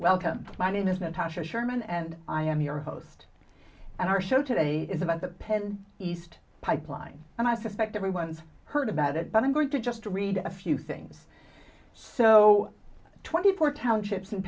welcome my name isn't a sherman and i am your host and our show today is about the penn east pipeline and i suspect everyone's heard about it but i'm going to just read a few things so twenty four townships